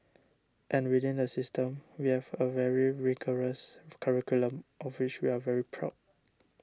and within the system we have a very rigorous curriculum of which we are very proud